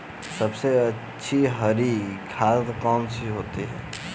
सबसे अच्छी हरी खाद कौन सी होती है?